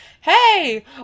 Hey